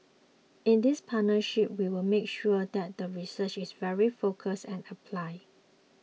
in this partnership we will make sure that the research is very focused and applied